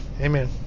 Amen